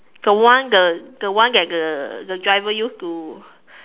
the one the the one that the the driver use to